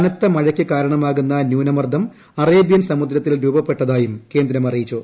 കനത്ത മഴയ്ക്ക് കാരണമാകുന്ന ന്യൂനമർദ്ദം അറേബ്യൻ സമുദ്രത്തിൽ രൂപപ്പെട്ടതായും കേന്ദ്രം അറിയിച്ചു